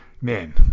man